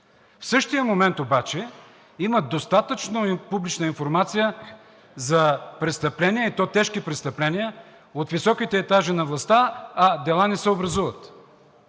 В същия момент обаче има достатъчно публична информация за престъпления, и то тежки престъпления, от високите етажи на властта, а дела не се образуват.